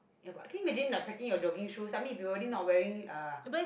ya but can you imagine like packing your jogging shoes I mean if you already not wearing uh